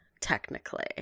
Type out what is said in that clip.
technically